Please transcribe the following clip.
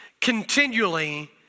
continually